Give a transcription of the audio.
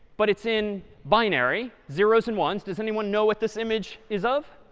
but it's in binary, zero s and one s. does anyone know what this image is of?